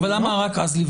אבל למה רק אז לבדוק?